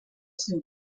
seu